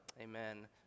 Amen